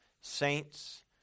saints